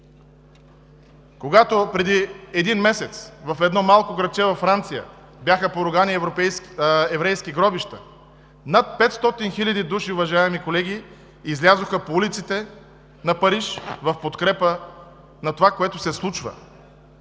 когато преди един месец в едно малко градче във Франция бяха поругани еврейски гробища, над 500 хиляди души, уважаеми колеги, излязоха по улиците на Париж в знак на протест срещу